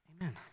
Amen